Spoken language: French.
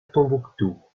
tombouctou